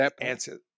answer